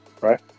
right